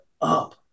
up